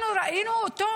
אנחנו ראינו אותו,